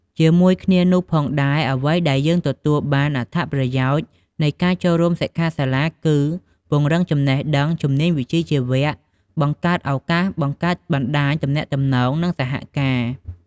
ជាមួយគ្នានោះផងដែរ អ្វីដែលយើងទទួលបានអត្ថប្រយោជន៍នៃការចូលរួមសិក្ខាសិលាគឺ ពង្រឹងចំណេះដឹង ជំនាញវិជ្ជាជីវៈ បង្កើតឱកាសបង្កើតបណ្តាញទំនាក់ទំនង និងសហការណ៍។